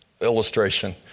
illustration